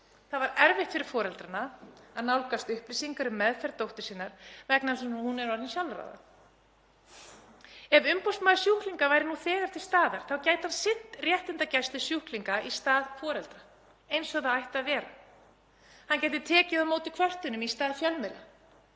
Það var erfitt fyrir foreldrana að nálgast upplýsingar um meðferð dóttur sinnar vegna þess að hún er orðin sjálfráða. Ef umboðsmaður sjúklinga væri nú þegar til staðar þá gæti hann sinnt réttindagæslu sjúklinga í stað foreldra, eins og það ætti að vera. Hann gæti tekið á móti kvörtunum í stað fjölmiðla